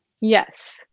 Yes